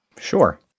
Sure